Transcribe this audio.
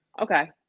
okay